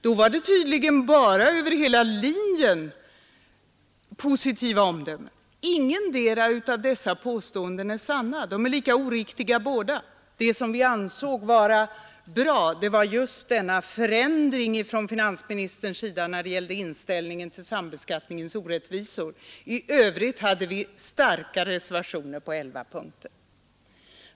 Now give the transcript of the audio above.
Då var det tydligen bara positiva omdömen över hela linjen. Ingetdera av dessa påståenden är sant. De är lika oriktiga båda. Det som vi ansåg bra var just finansministerns ändrade inställning till sambeskattningens orättvisor. I övrigt hade vi starka reservationer på elva punkter.